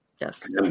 Yes